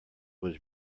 was